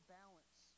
balance